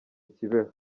kibeho